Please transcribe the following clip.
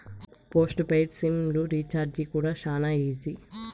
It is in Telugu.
పోస్ట్ పెయిడ్ సిమ్ లు రీచార్జీ కూడా శానా ఈజీ